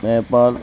Nepal